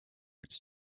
its